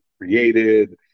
created